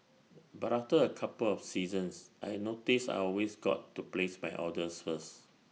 but after A couple of seasons I noticed I always got to place my orders first